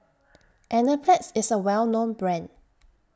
Enzyplex IS A Well known Brand